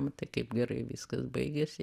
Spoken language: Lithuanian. matai kaip gerai viskas baigėsi